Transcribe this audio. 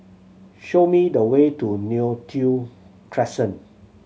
show me the way to Neo Tiew Crescent